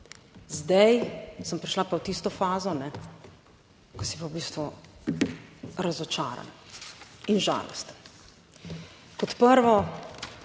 Zdaj sem prišla pa v tisto fazo, ko si pa v bistvu razočaran in žalosten.